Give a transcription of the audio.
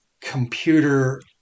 computer